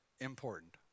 important